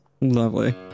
Lovely